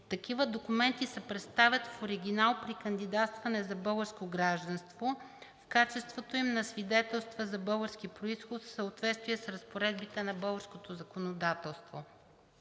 Такива документи се представят в оригинал при кандидатстване за българско гражданство в качеството им на свидетелства за български произход и в съответствие с разпоредбите на българското законодателство.